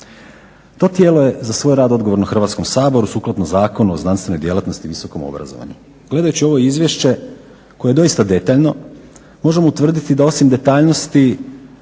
To tijelo je za svoj rad odgovorno Hrvatskome saboru, sukladno Zakonu o znanstvenoj djelatnosti i visokom obrazovanju. Gledajući ovo Izvješće koje je doista detaljno, možemo utvrditi da osim detaljnosti